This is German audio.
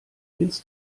ins